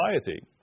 society